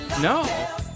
No